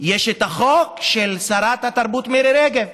את החוק של שרת התרבות מירי רגב,